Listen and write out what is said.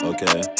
Okay